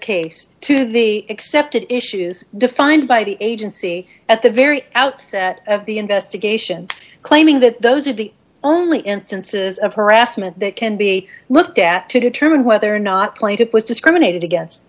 case to the accepted issues defined by the agency at the very outset of the investigation claiming that those are the only instances of harassment that can be looked at to determine whether or not claimed it was discriminated against